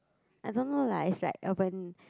I don't know lah it's like urban